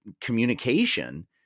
communication